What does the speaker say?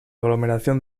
aglomeración